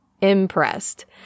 impressed